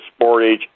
Sportage